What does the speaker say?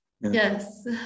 Yes